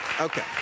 Okay